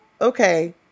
Okay